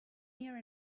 here